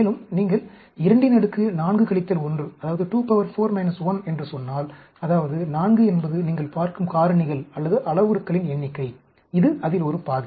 மேலும் நீங்கள் 24 1 என்று சொன்னால் அதாவது 4 என்பது நீங்கள் பார்க்கும் காரணிகள் அல்லது அளவுருக்களின் எண்ணிக்கை இது அதில் ஒரு பாதி